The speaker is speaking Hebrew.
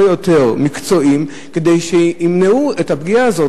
יותר מקצועיים כדי שימנעו את הפגיעה הזאת.